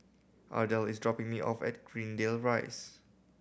Ardell is dropping me off at Greendale Rise